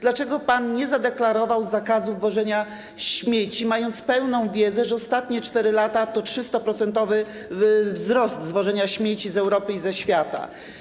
Dlaczego pan nie zadeklarował zakazu wożenia śmieci, mając pełną wiedzę, że ostatnie 4 lata to 300-procentowy wzrost zwożenia śmieci z Europy i ze świata?